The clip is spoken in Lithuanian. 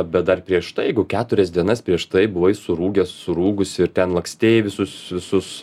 bet dar prieš tai jeigu keturias dienas prieš tai buvai surūgęs surūgusi ir ten lakstei visus visus